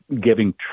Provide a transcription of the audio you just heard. giving